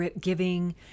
giving